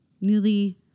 newly-